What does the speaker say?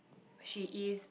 she is